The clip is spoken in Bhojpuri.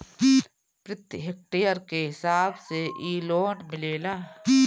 प्रति हेक्टेयर के हिसाब से इ लोन मिलेला